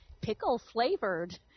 pickle-flavored